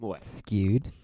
skewed